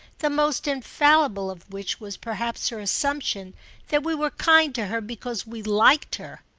the most infallible of which was perhaps her assumption that we were kind to her because we liked her.